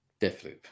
Deathloop